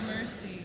mercy